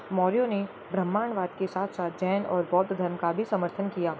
मौर्यों ने ब्राह्मणवाद के साथ साथ जैन और बौद्ध धर्म का भी समर्थन किया